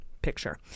picture